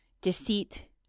Deceit